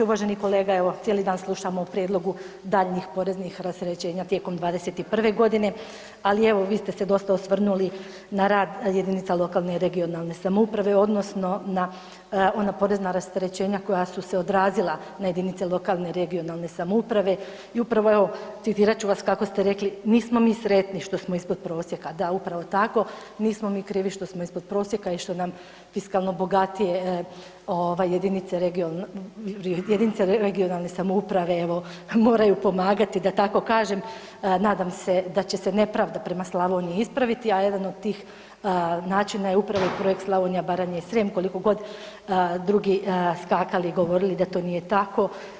Uvaženi kolega, evo cijeli dan slušamo o prijedlogu daljnjih poreznih rasterećenja tijekom '21.g., ali evo vi ste se dosta osvrnuli na rad jedinica lokalne i regionalne samouprave odnosno na ona porezna rasterećenja koja su se odrazila na jedinice lokalne i regionalne samouprave i upravo evo citirat ću vas kako ste rekli, nismo mi sretni što smo ispod prosjeka, da upravo tako, nismo mi krivi što smo ispod prosjeka i što nam fiskalno bogatije ovaj jedinice regionalne samouprave evo moraju pomagati, da tako kažem, nadam se da će se nepravda prema Slavoniji ispraviti, a jedan od tih načina je upravo Projekt Slavonija, Baranja i Srijem koliko god drugi skakali i govorili da to nije tako.